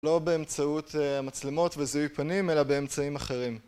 לא באמצעות מצלמות וזיהוי פנים, אלא באמצעים אחרים.